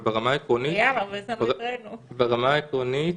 ברמה העקרונית,